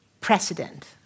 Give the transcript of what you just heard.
precedent